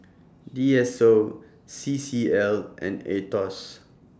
D S O C C L and Aetos